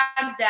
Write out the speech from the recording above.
dad